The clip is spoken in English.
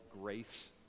grace